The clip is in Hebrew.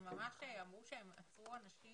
שסיפרו שהם ממש עצרו אנשים